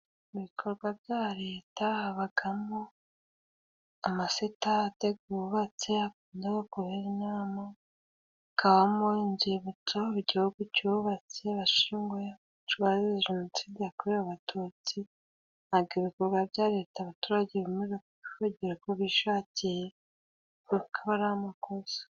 Mu bikorwa bya Leta habamo amasitade yubatse n'aho bakorera inama, hakabamo inzibutso Igihugu cyubatse, bashyinguyemo abazize jenoside yakorewe Abatutsi, nta bwo ibikorwa bya Leta abaturage bemerewe kubigira uko bishakiye, kuko aba ari amakosa.